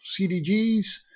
CDGs